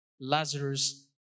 Lazarus